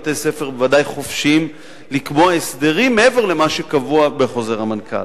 בתי-ספר ודאי חופשיים לקבוע הסדרים מעבר למה שקבוע בחוזר המנכ"ל.